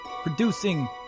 producing